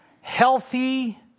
healthy